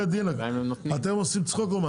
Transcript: אתם עושים צחוק?